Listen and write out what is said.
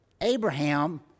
Abraham